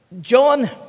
John